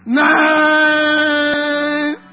nine